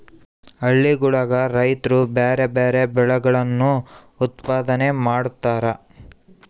ಹಳ್ಳಿಗುಳಗ ರೈತ್ರು ಬ್ಯಾರೆ ಬ್ಯಾರೆ ಬೆಳೆಗಳನ್ನು ಉತ್ಪಾದನೆ ಮಾಡತಾರ